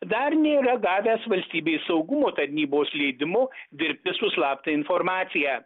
dar nėra gavęs valstybės saugumo tarnybos leidimo dirbti su slapta informacija